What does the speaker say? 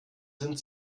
sind